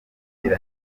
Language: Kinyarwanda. ibihe